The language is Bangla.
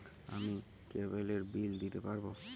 আমি কেবলের বিল দিতে পারবো?